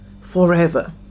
forever